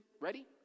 ready